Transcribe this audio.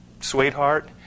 sweetheart